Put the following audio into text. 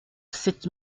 sept